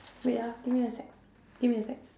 wait ah give me a sec give me a sec